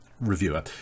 reviewer